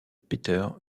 peter